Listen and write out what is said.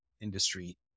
industry